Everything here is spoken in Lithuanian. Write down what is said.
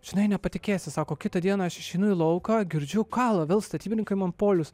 žinai nepatikėsi sako kitą dieną aš išeinu į lauką girdžiu kala vėl statybininkai man polius